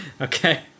Okay